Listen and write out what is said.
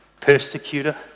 persecutor